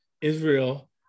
Israel